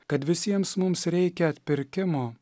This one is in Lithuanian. kad visiems mums reikia atpirkimo